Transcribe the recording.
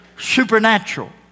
supernatural